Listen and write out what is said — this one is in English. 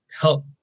help